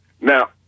now